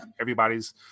Everybody's